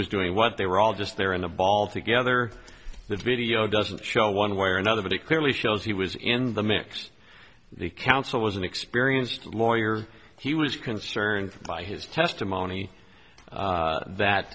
was doing what they were all just there in the ball together the video doesn't show one way or another but it clearly shows he was in the mix the counsel was an experienced lawyer he was concerned by his testimony that